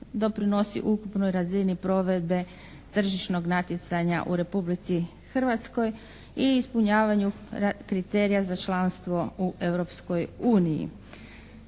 doprinosi ukupnoj razini provedbe tržišnog natjecanja u Republici Hrvatskoj i ispunjavanju kriterija za članstvo u